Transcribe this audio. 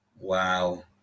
Wow